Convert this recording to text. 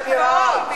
ככה זה נראה,